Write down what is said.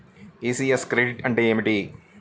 ECS credit అంటే ఏమిటి?